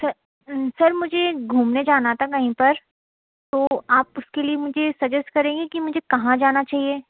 sir sir मुझे घूमने जाना था कहीं पर तो आप उसके लिए मुझे सजेस्ट करेंगे कि मुझे कहाँ जाना चाहिए